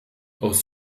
aus